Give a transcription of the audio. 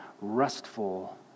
restful